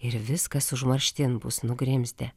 ir viskas užmarštin bus nugrimzdę